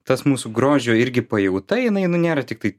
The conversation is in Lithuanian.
tas mūsų grožio irgi pajauta jinai nu nėra tiktai